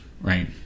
right